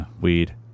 weed